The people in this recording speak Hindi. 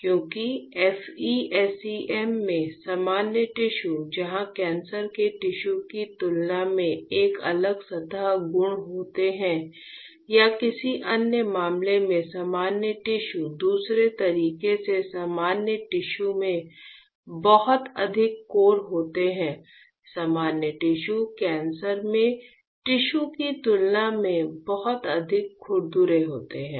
क्योंकि FE SEM में सामान्य टिश्यू जहां कैंसर के टिश्यू की तुलना में एक अलग सतह गुण होते हैं या किसी अन्य मामले में सामान्य टिश्यू दूसरे तरीके से सामान्य टिश्यू में बहुत अधिक कोर होते हैं सामान्य टिश्यू कैंसर के टिश्यू की तुलना में बहुत अधिक खुरदरे होते हैं